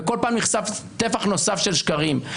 וכל פעם נחשף טפח נוסף של שקרים.